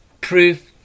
proof